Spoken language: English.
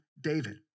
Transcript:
David